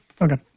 Okay